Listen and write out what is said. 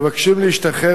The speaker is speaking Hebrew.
אל תגבו